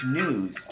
news